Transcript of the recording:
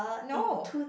no